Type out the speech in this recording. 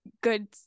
good